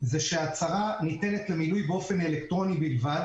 ההצהרה ניתנת למילוי באופן אלקטרוני בלבד